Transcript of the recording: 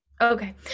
okay